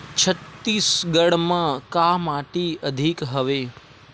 छत्तीसगढ़ म का माटी अधिक हवे?